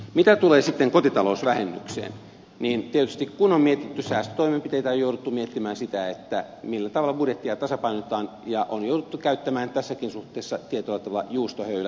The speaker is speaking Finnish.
mitä tulee sitten kotitalousvähennykseen niin tietysti kun on mietitty säästötoimenpiteitä on jouduttu miettimään sitä millä tavalla budjettia tasapainotetaan ja on jouduttu käyttämään tässäkin suhteessa tietyllä tavalla juustohöylämenetelmää